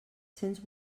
cents